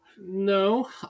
No